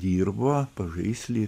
dirbo pažaisly